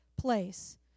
place